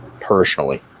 personally